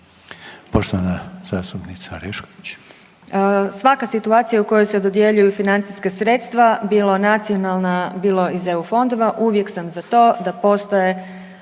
Poštovana zastupnica Orešković.